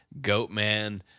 Goatman